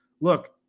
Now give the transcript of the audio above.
look